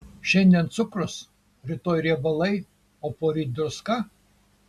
šiandien cukrus rytoj riebalai o poryt druska